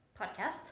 podcasts